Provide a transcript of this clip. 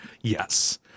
Yes